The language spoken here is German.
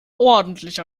ordentlich